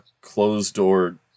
closed-door